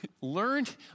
learned